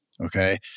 Okay